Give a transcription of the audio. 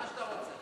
מה שאתה רוצה.